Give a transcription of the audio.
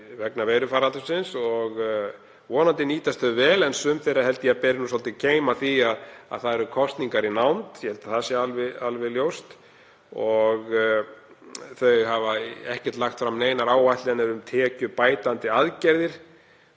vegna veirufaraldursins og vonandi nýtast þau vel. En sum þeirra held ég að beri svolítinn keim af því að það eru kosningar í nánd, ég held að það sé alveg ljóst. Þau hafa ekki lagt fram neinar áætlanir um tekjubætandi aðgerðir.